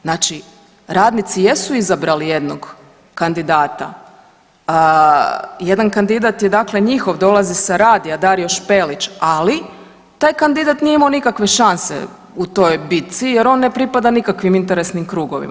Znači radnici jesu izabrali jednog kandidata, jedan je kandidat dakle njihov dolazi sa radija Dario Špelić, ali taj kandidat nije imao nikakve šanse u toj bitci jer on ne pripada nikakvim interesnim krugovima.